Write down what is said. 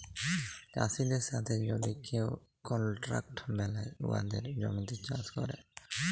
চাষীদের সাথে যদি কেউ কলট্রাক্ট বেলায় উয়াদের জমিতে চাষ ক্যরে